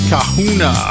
Kahuna